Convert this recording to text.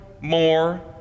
more